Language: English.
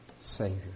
Savior